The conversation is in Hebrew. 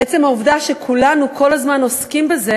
עצם העובדה שכולנו כל הזמן עוסקים בזה